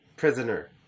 Prisoner